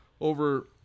over